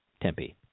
Tempe